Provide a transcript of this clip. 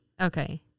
Okay